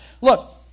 Look